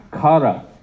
kara